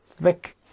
weg